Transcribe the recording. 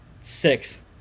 six